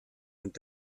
und